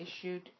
issued